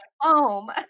home